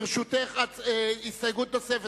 לרשותך הסתייגות נוספת.